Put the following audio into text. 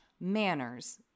manners